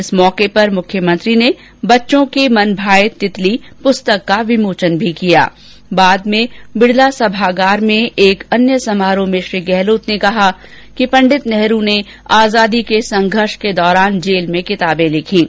इस अवसर पर मुख्यमंत्री ने बच्चों के मन भाये तितली पुस्तक का विमोचन किया बाद में बिडला सभागार में एक अन्य समारोह में श्री गहलोत ने कहा कि पंडित नेहरू ने आजादी के संघर्ष के दौरान जेल में किताबें लिखीं